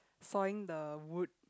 sawing the wood